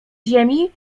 ziemi